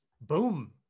Boom